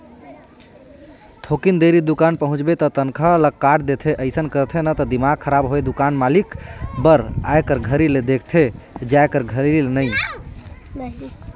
थोकिन देरी दुकान पहुंचबे त तनखा ल काट देथे अइसन करथे न त दिमाक खराब होय दुकान मालिक बर आए कर घरी ले देखथे जाये कर ल नइ